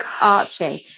arching